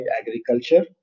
agriculture